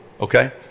Okay